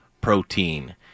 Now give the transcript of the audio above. protein